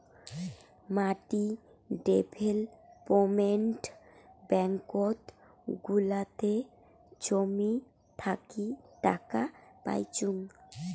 মাটি ডেভেলপমেন্ট ব্যাঙ্কত গুলাতে জমি থাকি টাকা পাইচুঙ